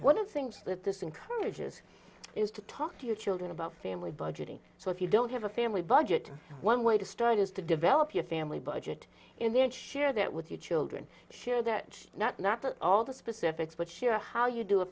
one of the things that this encourages is to talk to your children about family budgeting so if you don't have a family budget one way to start is to develop your family budget in the end share that with your children share that not not all the specifics but sure how you do a